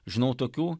žinau tokių